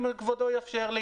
אם כבודו יאפשר לי.